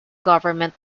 government